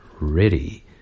ready